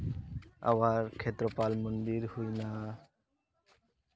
ᱟᱵᱟᱨ ᱠᱷᱮᱛᱨᱚᱯᱟᱞ ᱢᱚᱱᱫᱤᱨ ᱦᱩᱭᱮᱱᱟ